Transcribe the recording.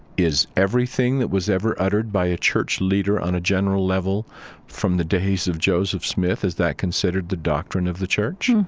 is everything that was ever uttered by a church leader on a general level from the days of joseph smith, is that considered the doctrine of the church?